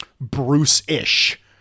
Bruce-ish